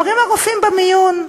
אומרים הרופאים במיון: